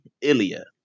Ilya